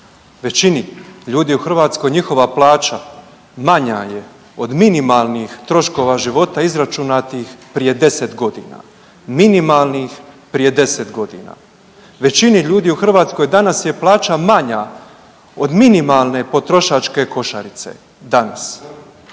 Većini ljudi u Hrvatskoj njihova plaća manja je od minimalnih troškova života izračunatih prije 10 godina, minimalnih prije 10 godina. Većini ljudi u Hrvatskoj danas je plaća manja od minimalne potrošačke košarice danas.